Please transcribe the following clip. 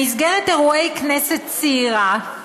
במסגרת אירועי "כנסת צעירה"